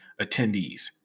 attendees